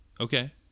Okay